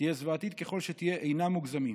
תהיה זוועתית ככל שתהיה, אינם מוגזמים,